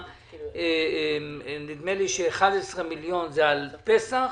נדמה לי 11 מיליון על פסח,